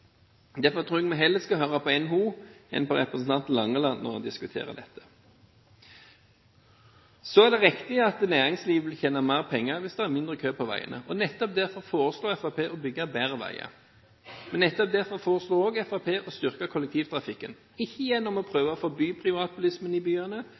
Derfor tror jeg vi heller skal høre på NHO enn på representanten Langeland når en diskuterer dette. Det er riktig at næringslivet vil tjene mer penger hvis det er mindre kø på veiene, og nettopp derfor foreslo Fremskrittspartiet å bygge bedre veier. Men nettopp derfor foreslo Fremskrittspartiet også å styrke kollektivtrafikken – ikke gjennom å prøve å forby privatbilisme i byene,